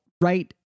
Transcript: right